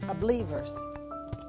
believers